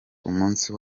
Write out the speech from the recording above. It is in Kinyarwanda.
umunsi